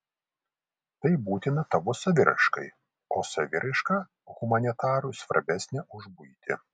tai būtina tavo saviraiškai o saviraiška humanitarui svarbesnė už buitį